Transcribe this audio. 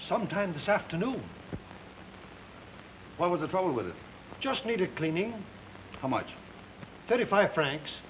sometime this afternoon what was the trouble with it just need a cleaning how much thirty five fran